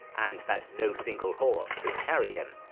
and that no single horse could carry him,